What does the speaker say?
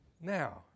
Now